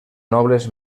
nobles